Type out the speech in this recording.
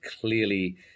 clearly